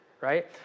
right